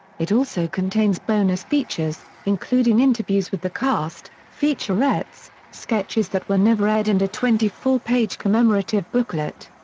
it also contains bonus features, including interviews with the cast, featurettes, sketches that were never aired and a twenty four page commemorative booklet.